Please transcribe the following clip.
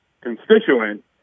constituent